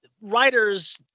writers